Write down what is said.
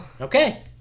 Okay